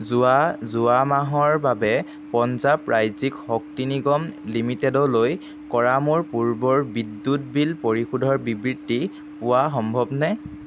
যোৱা মাহৰ বাবে পঞ্জাৱ ৰাজ্যিক শক্তি নিগম লিমিটেডলৈ কৰা মোৰ পূৰ্বৰ বিদ্যুৎ বিল পৰিশোধৰ বিবৃতি পোৱা সম্ভৱনে